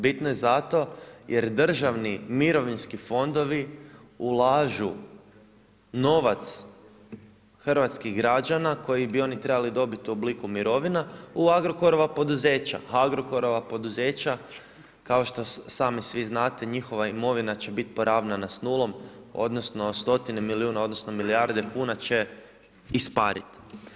Bitno je zato jer državni mirovinski fondovi ulažu novac hrvatskih građana koji bi oni trebali dobiti u obliku mirovina u Agrokorova poduzeća, a Agrokorova poduzeća kao što sami svi znate njihova imovina će biti poravnana s nulom odnosno stotine milijuna odnosno milijarde kuna će isparit.